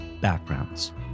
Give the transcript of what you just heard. backgrounds